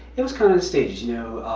it was kind of in stages, you know,